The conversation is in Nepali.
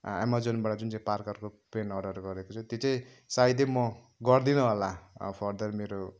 एमाजोनबाट जुन चाहिँ पार्करको पेन अर्डर गरेको छ त्यो चाहिँ सायदै म गर्दिनँ होला अब फर्दर मेरो